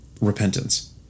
repentance